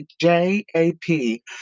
J-A-P